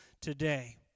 today